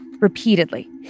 Repeatedly